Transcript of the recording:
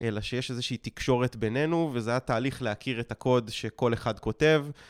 אלא שיש איזושהי תקשורת בינינו, וזה היה תהליך להכיר את הקוד שכל אחד כותב.